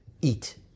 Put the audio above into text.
eat